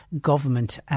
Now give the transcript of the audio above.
government